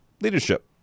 leadership